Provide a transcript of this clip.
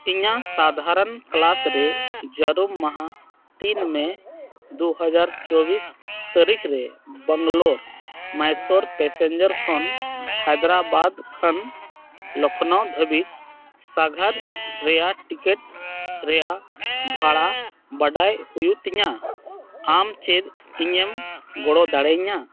ᱤᱧᱟᱹᱜ ᱥᱟᱫᱷᱟᱨᱚᱱ ᱠᱞᱟᱥ ᱨᱮ ᱡᱟᱹᱨᱩᱢ ᱢᱟᱦᱟ ᱛᱤᱱ ᱢᱮ ᱫᱩ ᱦᱟᱡᱟᱨ ᱪᱚᱵᱽᱵᱤᱥ ᱛᱟᱹᱨᱤᱠᱷ ᱨᱮ ᱵᱮᱝᱞᱳᱨ ᱢᱟᱭᱥᱳᱨ ᱯᱮᱥᱮᱱᱡᱟᱨ ᱠᱷᱚᱱ ᱦᱟᱭᱫᱨᱟᱵᱟᱫᱽ ᱠᱷᱚᱱ ᱞᱚᱠᱷᱱᱳ ᱫᱷᱟᱹᱵᱤᱡ ᱥᱟᱸᱜᱷᱟᱨ ᱨᱮᱭᱟᱜ ᱴᱤᱠᱤᱴ ᱨᱮᱭᱟᱜ ᱵᱷᱟᱲᱟ ᱵᱟᱰᱟᱭ ᱦᱩᱭᱩᱜ ᱛᱤᱧᱟ ᱟᱢ ᱪᱮᱫ ᱤᱧᱮᱢ ᱜᱚᱲᱚ ᱫᱟᱲᱮᱭᱤᱧᱟ